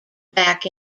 back